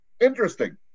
Interesting